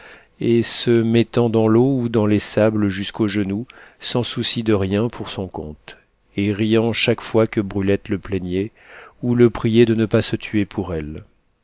et se mettant dans l'eau ou dans les sables jusqu'aux genoux sans souci de rien pour son compte et riant chaque fois que brulette le plaignait ou le priait de ne pas se tuer pour elle